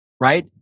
right